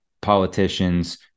politicians